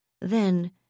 Then